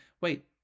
wait